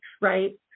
right